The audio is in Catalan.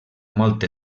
molt